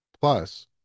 Plus